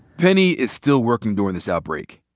penny is still working during this outbreak.